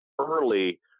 early